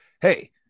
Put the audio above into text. hey